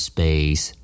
Space